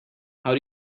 how